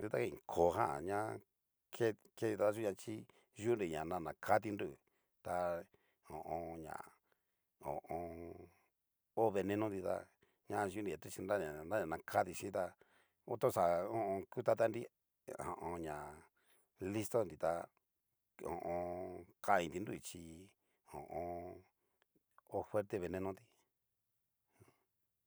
Yukain kóo jan ña keti ta dayuñati chí, yunri ña adakati nru, ta ho o on. ña ho o on. hó veneno ti ta ñajan kunri ña tovichi oña nranakati chin tá o toxa kutatanri ha hon ña listo nri tá ho o on. kannriti nru chí ho o on. hó fuerte veneno tí.